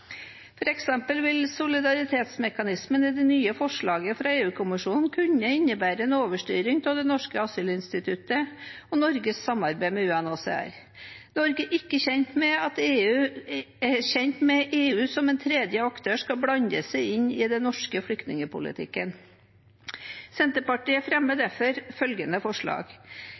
vil solidaritetsmekanismen i det nye forslaget fra EU-kommisjonen kunne innebære en overstyring av det norske asylinstituttet og Norges samarbeid med UNHCR. Norge er ikke tjent med at EU som en tredje aktør skal blande seg inn i den norske flyktningpolitikken. Senterpartiet fremmer derfor følgende forslag: